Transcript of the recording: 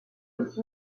aussi